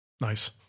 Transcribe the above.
Nice